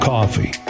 Coffee